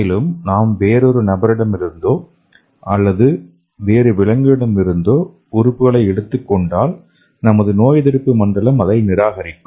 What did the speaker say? மேலும் நாம் வேறொரு நபரிடமிருந்தோ அல்லது வேறு விலங்குகளிடமிருந்தோ உறுப்புகளை எடுத்துக் கொண்டால் நமது நோயெதிர்ப்பு மண்டலம் அதை நிராகரிக்கும்